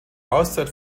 auszeit